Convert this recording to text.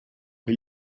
che